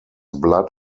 blood